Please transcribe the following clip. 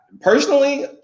personally